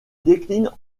décline